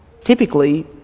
typically